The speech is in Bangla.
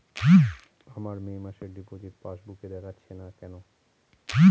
আমার মে মাসের ডিপোজিট পাসবুকে দেখাচ্ছে না কেন?